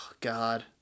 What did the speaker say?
god